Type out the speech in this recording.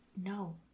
No